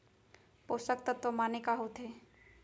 पोसक तत्व माने का होथे?